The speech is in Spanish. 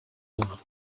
uno